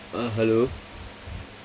uh hello